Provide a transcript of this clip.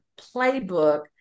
playbook